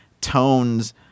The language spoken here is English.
tones